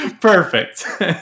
perfect